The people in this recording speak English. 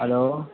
hello